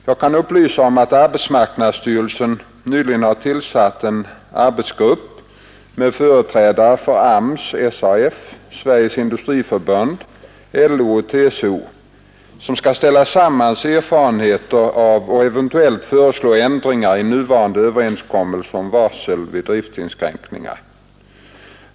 Jag kan upplysa om att arbetsmarknadsstyrelsen nyligen har tillsatt en arbetsgrupp med företrädare för AMS, SAF, Sveriges industriförbund, LO och TCO, som skall ställa samman erfarenheter av och eventuellt föreslå ändringar i nuvarande överenskommelse om varsel vid driftinskränkningar.